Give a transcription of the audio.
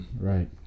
Right